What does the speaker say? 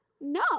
No